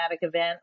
event